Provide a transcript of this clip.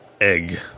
egg